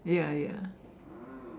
ya ya